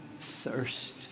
thirst